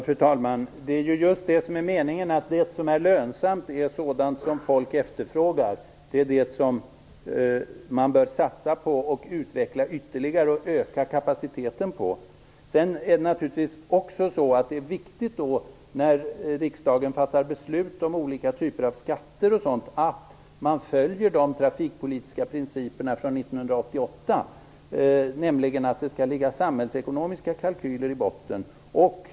Fru talman! Det är just det som är meningen. Det som är lönsamt är sådant som folk efterfrågar. Det är det som man bör satsa på, utveckla ytterligare och öka kapaciteten på. Sedan är det naturligtvis viktigt att de trafikpolitiska principerna från 1988 följs när riksdagen fattar beslut om olika typer av skatter. Det innebär att det skall ligga samhällsekonomiska kalkyler i botten.